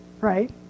right